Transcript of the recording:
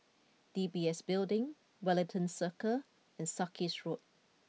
D B S Building Wellington Circle and Sarkies Road